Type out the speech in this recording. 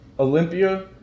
Olympia